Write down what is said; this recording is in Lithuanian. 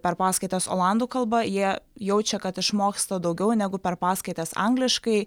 per paskaitas olandų kalba jie jaučia kad išmoksta daugiau negu per paskaitas angliškai